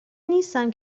نیستم